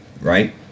right